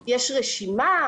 רשימה,